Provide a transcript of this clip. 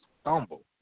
stumble